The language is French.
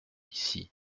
ici